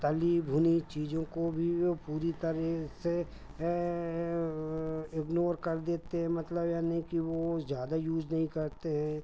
तली भुनी चीज़ों को भी वह पूरी तरह से इग्नोर कर देते हैं मतलब यानी कि वह ज़्यादा यूज़ नहीं करते हैं